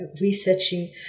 researching